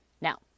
Now